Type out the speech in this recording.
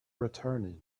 returning